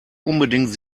unbedingt